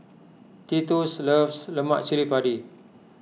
Titus loves Lemak Cili Padi